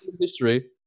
history